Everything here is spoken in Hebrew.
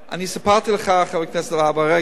אני סיפרתי לך, חבר הכנסת והבה, רגע אחד.